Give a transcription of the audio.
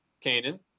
Canaan